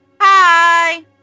Hi